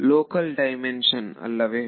ವಿದ್ಯಾರ್ಥಿ local dimension ಅಲ್ಲವೇ